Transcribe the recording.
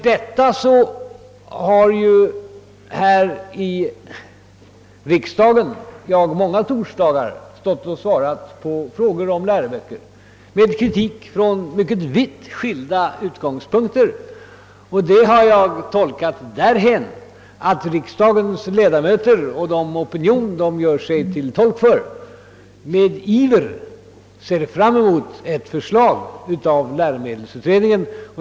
Jag har många tidigare torsdagar besvarat andra frågor om läroböcker, innebärande kritik från mycket vitt skilda utgångspunkter. Jag har tolkat dessa frågor så att riksdagens ledamöter och den opinion de gör sig till talesmän för med iver ser fram mot ett förslag från läromedelsutredningen.